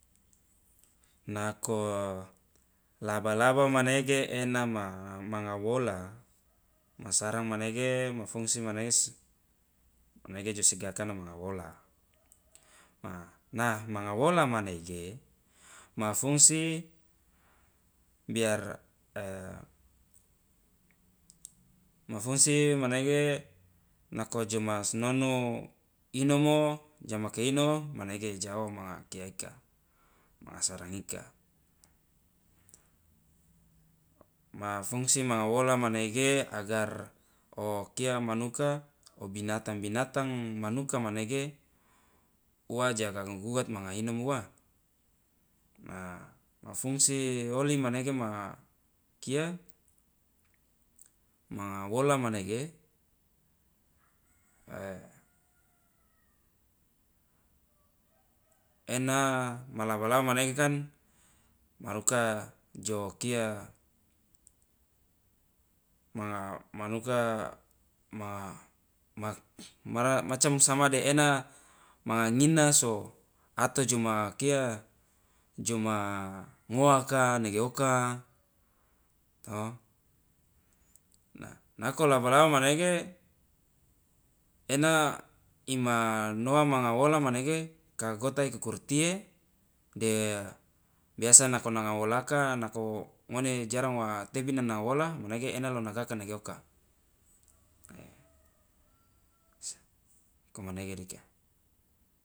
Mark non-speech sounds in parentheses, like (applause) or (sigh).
Nako laba laba manege ena ma manga wola masarang manege ma fungsi manege manege josi gakana manga wola ma nah manga wola manege ma fungsi biar e (hesitation) ma fungsi manege nako jomasnonu inomo jo make ino manege ijawo manga kia ika manga sarang ika ma fungsi ma wola manege agar okia manuku obinatang binatang manuka manege uwa ja ganggu gugat manga inomo wa na ma fungsi oli manege ma kia manga wola manege (hesitation) ena ma laba laba manege kan maruka jo kia manga manuka ma (hesitation) mara macam sama de ena manga ngina so ato jomakia joma ngoaka nege oka to na nako laba laba manege ena ima noa manga wola manege ka ikukurutiye de biasa nanga wolaka nako ngone jarang wa tebini nanga wola manege ena lo nagaka nege oka mane komanege dika.